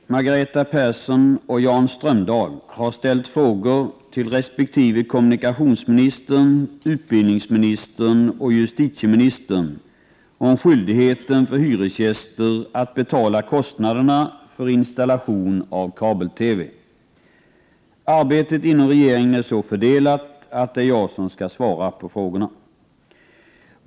Herr talman! Carl Frick, Margareta Persson och Jan Strömdahl har ställt frågor till kommunikationsministern, utbildningsministern och justitieministern om skyldigheten för hyresgäster att betala kostnaderna för installation av kabel-TV. Arbetet inom regeringen är så fördelat att det är jag som skall svara på frågorna.